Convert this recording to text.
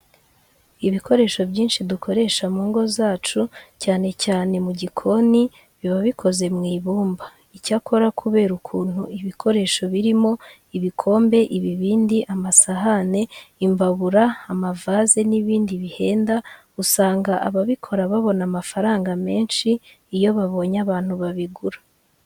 Ibikoresho byinshi dukoresha mu ngo zacu cyane cyane mu gikoni biba bikoze mu ibumba. Icyakora kubera ukuntu ibikoresho birimo ibikombe, ibibindi, amasahane, imbabura, amavaze n'ibindi bihenda, usanga ababikora babona amafaranga menshi iyo babonye abantu babigura.